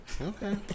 Okay